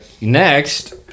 Next